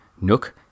nook